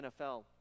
NFL